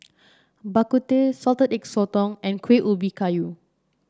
Bak Kut Teh Salted Egg Sotong and Kuih Ubi Kayu